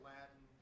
Latin